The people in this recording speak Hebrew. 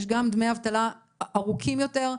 יש גם דמי אבטלה ארוכים יותר,